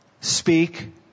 speak